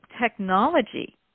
technology